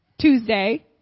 Tuesday